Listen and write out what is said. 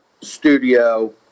studio